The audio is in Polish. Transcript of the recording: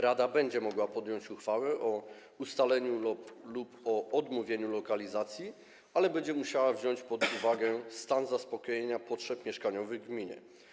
Rada będzie mogła podjąć uchwały o ustaleniu lub o odmówieniu ustalenia lokalizacji, ale będzie musiała wziąć pod uwagę stan zaspokojenia potrzeb mieszkaniowych gminy.